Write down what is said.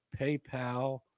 paypal